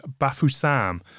Bafusam